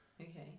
Okay